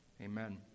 Amen